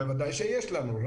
בוודאי שיש לנו.